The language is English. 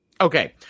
Okay